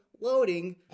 loading